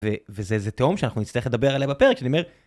וזה איזה תהום שאנחנו נצטרך לדבר עליה בפרק, כשאני אומר...